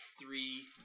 three